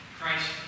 Christ